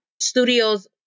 studios